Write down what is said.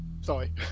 Sorry